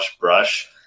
brush